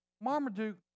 Marmaduke